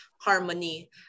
harmony